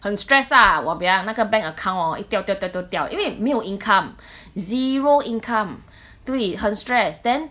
很 stress ah !wahpiang! 那个 bank account hor 一掉掉掉掉掉因为没有 income zero income 对很 stress then